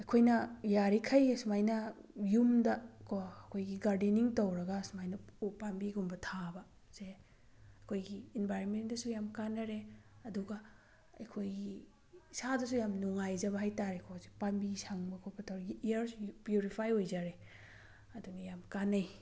ꯑꯩꯈꯣꯏꯅ ꯌꯥꯔꯤꯈꯩ ꯑꯁꯨꯃꯥꯏꯅ ꯌꯨꯝꯗꯀꯣ ꯑꯩꯈꯣꯏꯒꯤ ꯒꯥꯔꯗꯦꯟꯅꯤꯡ ꯇꯧꯔꯒ ꯑꯁꯨꯃꯥꯏꯅ ꯎ ꯄꯥꯝꯕꯤꯒꯨꯝꯕ ꯊꯥꯕꯁꯦ ꯑꯩꯈꯣꯏꯒꯤ ꯏꯟꯚꯥꯏꯔꯣꯟꯃꯦꯟꯗꯁꯨ ꯌꯥꯝꯅ ꯀꯥꯟꯅꯔꯦ ꯑꯗꯨꯒ ꯑꯩꯈꯣꯏꯒꯤ ꯏꯁꯥꯗꯁꯨ ꯌꯥꯝꯅ ꯅꯨꯡꯉꯥꯏꯖꯕ ꯍꯥꯏꯇꯥꯔꯦꯀꯣ ꯍꯧꯖꯤꯛ ꯄꯥꯝꯕꯤ ꯁꯪꯕ ꯈꯣꯠꯄ ꯇꯧꯔꯒꯤ ꯏꯌꯥꯔꯁꯤꯁꯨ ꯄꯤꯎꯔꯤꯐꯥꯏ ꯑꯣꯏꯖꯔꯦ ꯑꯗꯨꯅꯤ ꯌꯥꯝ ꯀꯥꯟꯅꯩ